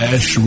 Ash